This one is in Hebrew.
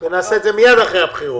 נעשה את זה מיד אחרי הבחירות.